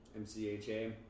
MCHA